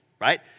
right